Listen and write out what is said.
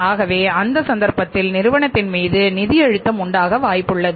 ஆகவே அந்த சந்தர்ப்பத்தில் நிறுவனத்தின் மீது நிதி அழுத்தம்உண்டாக வாய்ப்பு உள்ளது